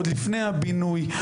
עוד לפני הבינוי,